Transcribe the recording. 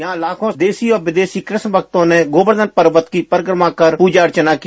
यहाँ लाखों देशी और विदेशी कृष्ण भक्तों ने गोवर्धन पर्वत की परिक्रमा कर पूजा अर्चना की